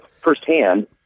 firsthand